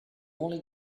only